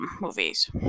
movies